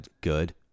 Good